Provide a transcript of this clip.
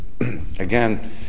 again